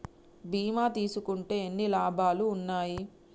బీమా తీసుకుంటే ఎన్ని లాభాలు ఉన్నాయి?